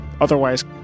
otherwise